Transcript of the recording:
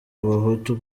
abahutu